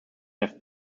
have